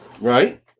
Right